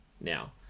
Now